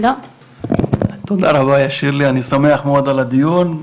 תודה רבה שירלי, אני שמח מאוד על הדיון.